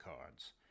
cards